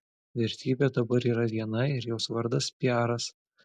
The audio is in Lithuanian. vertybė dabar yra viena ir jos vardas piaras